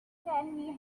then